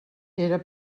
era